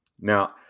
Now